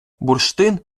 бурштин